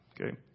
Okay